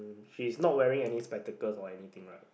she's not wearing any spectacles or anything right